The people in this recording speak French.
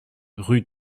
rue